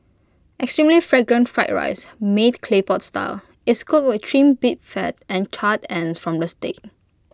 extremely Fragrant fried rice made Clay Pot Style is cooked with Trimmed beef Fat and charred ends from the steak